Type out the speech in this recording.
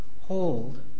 hold